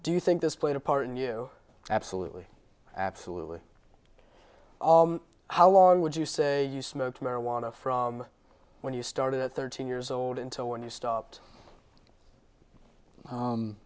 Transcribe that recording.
do you think this played a part in you absolutely absolutely how long would you say you smoked marijuana from when you started at thirteen years old until when you stopped